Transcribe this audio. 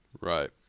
Right